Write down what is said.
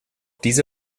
diese